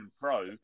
pro